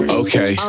okay